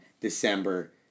December